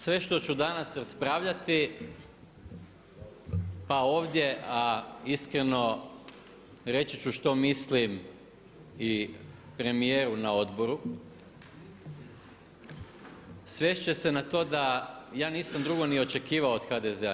Sve što ću danas raspravljati, pa ovdje, a iskreno reći ću što mislim i premjeru na odboru, svest će se na to da ja nisam drugo ni očekivao od HDZ-a.